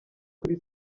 kuri